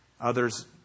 others